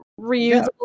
reusable